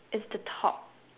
it's the top